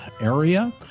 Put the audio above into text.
area